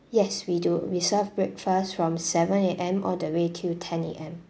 yes we do we serve breakfast from seven A_M all the way till ten A_M